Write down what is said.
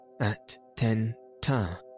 at-ten-ta